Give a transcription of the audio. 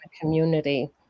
community